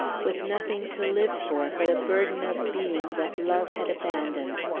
with nothing to live for but a burden of being that love had abandoned,